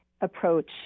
approach